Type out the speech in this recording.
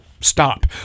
stop